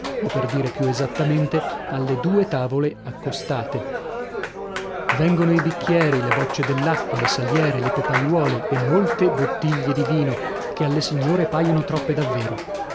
o per dire più esattamente alle due tavole accostate vengono i bicchieri le bocce dell'acqua le saliere le pepaiuole e molte bottiglie di vino che alle signore paiono troppe davvero